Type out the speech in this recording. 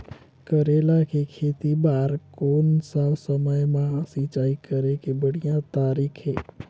करेला के खेती बार कोन सा समय मां सिंचाई करे के बढ़िया तारीक हे?